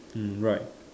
hmm right